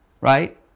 right